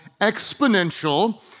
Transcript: Exponential